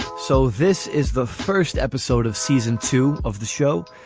so this is the first episode of season two of the show.